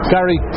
Gary